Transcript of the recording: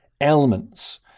elements